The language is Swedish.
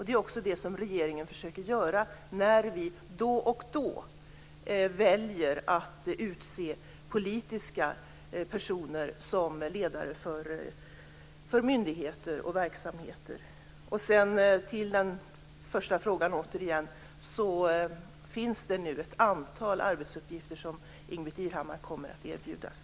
Det är också det som regeringen försöker använda sig av när vi då och då väljer att utse politiska personer som ledare för myndigheter och verksamheter. Återigen till den första frågan. Det finns nu ett antal arbetsuppgifter som Ingbritt Irhammar kommer att erbjudas.